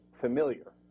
familiar